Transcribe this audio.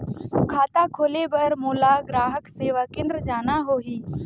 खाता खोले बार मोला ग्राहक सेवा केंद्र जाना होही?